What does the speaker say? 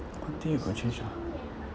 one thing you could change ah